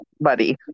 buddy